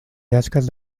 llesques